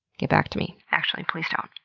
get back to me. actually, please don't.